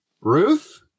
Ruth